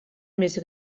més